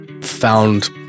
found